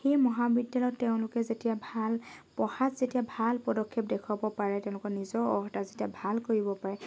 সেই মহাবিদ্যালয়ত তেওঁলোকে যেতিয়া ভাল পঢ়াত যেতিয়া ভাল পদক্ষেপ দেখুৱাব পাৰে তেওঁলোকৰ নিজৰ অৰ্হতা যেতিয়া ভাল কৰিব পাৰে